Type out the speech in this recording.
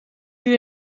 die